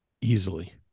easily